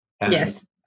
Yes